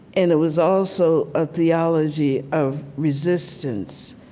and it was also a theology of resistance,